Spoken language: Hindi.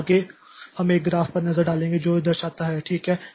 तो आगे हम एक ग्राफ पर एक नज़र डालेंगे जो यह दर्शाता है ठीक है